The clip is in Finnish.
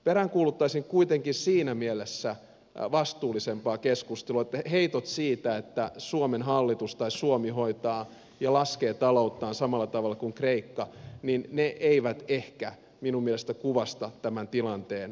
peräänkuuluttaisin kuitenkin siinä mielessä vastuullisempaa keskustelua että heitot siitä että suomen hallitus tai suomi hoitaa ja laskee talouttaan samalla tavalla kuin kreikka eivät ehkä minun mielestäni kuvasta tämän tilanteen vakavuutta